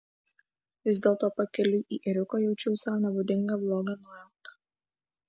vis dėlto pakeliui į ėriuką jaučiau sau nebūdingą blogą nuojautą